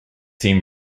seem